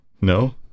No